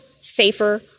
safer